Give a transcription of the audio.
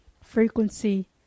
frequency